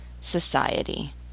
society